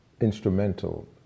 instrumental